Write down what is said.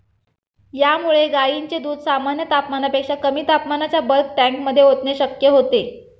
यामुळे गायींचे दूध सामान्य तापमानापेक्षा कमी तापमानाच्या बल्क टँकमध्ये ओतणे शक्य होते